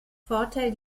vorteil